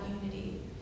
unity